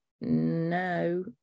no